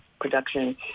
production